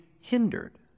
hindered